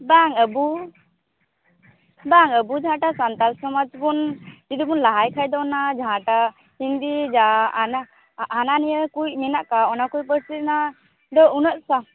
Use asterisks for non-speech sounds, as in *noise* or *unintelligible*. ᱵᱟᱝ ᱟ ᱵᱩ ᱵᱟᱝ ᱟ ᱵᱩ ᱡᱟᱦᱟᱸ ᱴᱟᱜ ᱥᱟᱱᱛᱟᱲ ᱥᱚᱢᱟᱡᱽ ᱵᱚᱱ ᱡᱩᱫᱤᱵᱚᱱ ᱞᱟᱦᱟᱭ ᱠᱷᱟᱡ ᱫᱚ ᱚᱱᱟ ᱡᱟᱦᱟᱸ ᱴᱟᱜ ᱦᱤᱱᱫᱤ ᱡᱟ ᱦᱟᱱᱟᱱᱤᱭᱟ ᱠᱚᱭᱤᱡ ᱢᱮᱱᱟᱜ ᱠᱟ ᱚᱱᱟᱠᱚ ᱯᱟᱹᱨᱥᱤ ᱨᱮᱱᱟᱜ ᱫᱚ ᱩᱱᱟᱹᱜ *unintelligible*